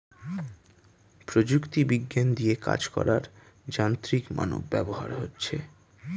প্রযুক্তি বিজ্ঞান দিয়ে কাজ করার যান্ত্রিক মানব ব্যবহার হচ্ছে